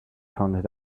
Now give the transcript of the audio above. pointed